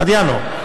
עד ינואר.